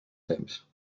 temps